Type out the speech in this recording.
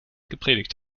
gepredigt